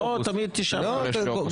לא, תמיד בתשעה באב.